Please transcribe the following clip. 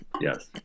Yes